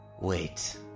Wait